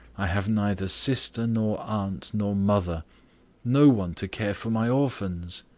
i have neither sister, nor aunt, nor mother no one to care for my orphans.